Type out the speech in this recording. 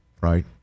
right